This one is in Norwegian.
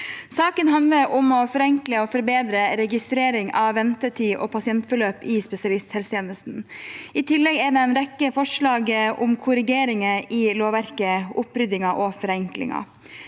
Saken handler om å forenkle og forbedre registrering av ventetid og pasientforløp i spesialisthelsetjenesten. I tillegg er det en rekke forslag om korrigeringer i lovverket, opprydninger og forenklinger.